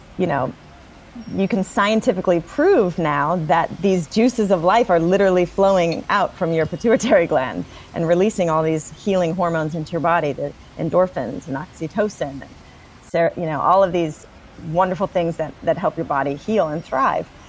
you know you can scientifically prove now that these juices of life are literally flowing out from your pituitary gland and releasing all these healing hormones into your body, the endorphins and oxytocin and so you know all of these wonderful things that that help your body heal and thrive.